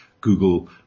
Google